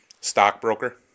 stockbroker